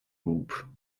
group